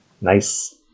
nice